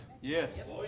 Yes